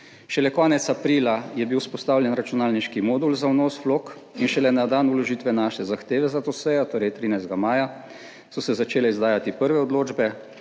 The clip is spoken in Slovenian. Šele konec aprila je bil vzpostavljen računalniški modul za vnos vlog in šele na dan vložitve naše zahteve za to sejo, torej 13. maja, so se začele izdajati prve odločbe,